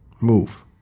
Move